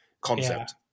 concept